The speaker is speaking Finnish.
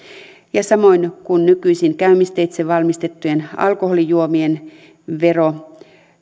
ja samoin kuin nykyisin käymisteitse valmistettujen alkoholijuomien vero